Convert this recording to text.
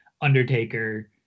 Undertaker